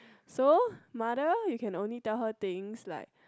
so mother you can only tell her things like